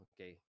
Okay